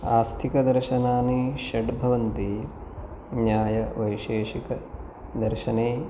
आस्तिकदर्शनानि षड् भवन्ति न्यायवैशेषिकदर्शने